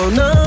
no